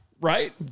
Right